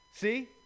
see